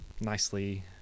nicely